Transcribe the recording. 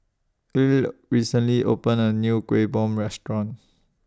Ely recently opened A New Kueh Bom Restaurant